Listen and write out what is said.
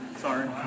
Sorry